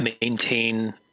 maintain